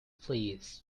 fleas